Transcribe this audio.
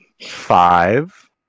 five